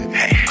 hey